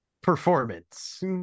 performance